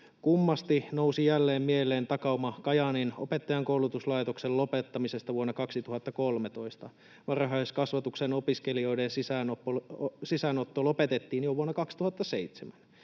”Kummasti nousi jälleen mieleen takauma Kajaanin opettajankoulutuslaitoksen lopettamisesta vuonna 2013. Varhaiskasvatuksen opiskelijoiden sisäänotto lopetettiin jo vuonna 2007.